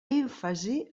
èmfasi